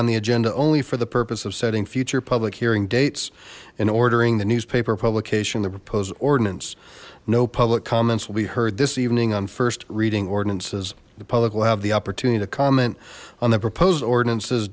on the agenda only for the purpose of setting future public hearing dates in or during the newspaper publication the proposed ordinance no public comments will be heard this evening on first reading ordinances the public will have the opportunity to comment on the proposed ordinances